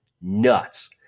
nuts